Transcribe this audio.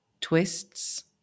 twists